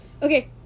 Okay